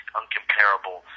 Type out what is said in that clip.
uncomparable